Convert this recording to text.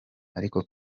ariko